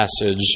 passage